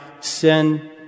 sin